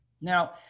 Now